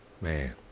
Man